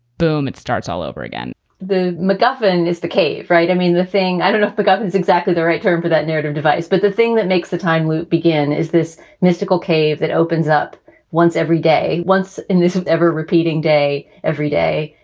boom, it starts all over again the macguffin is the cave. right. i mean, the thing. i don't know the governor's exactly the right term for that narrative device. but the thing that makes the time loop begin is this mystical cave that opens up once every day once. and this is ever repeating day every day.